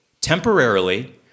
temporarily